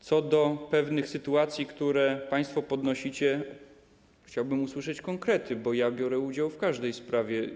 Co do pewnych sytuacji, które państwo podnosicie, chciałbym usłyszeć konkrety, bo biorę udział w każdej sprawie.